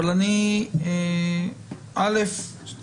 אבל ראשית